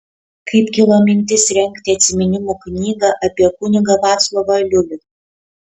kaip kilo mintis rengti atsiminimų knygą apie kunigą vaclovą aliulį